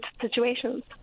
situations